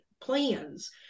plans